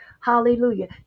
hallelujah